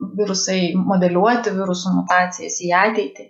virusai modeliuoti viruso mutacijas į ateitį